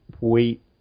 wait